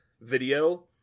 video